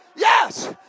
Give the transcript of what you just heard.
Yes